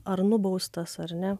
ar nubaustas ar ne